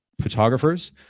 photographers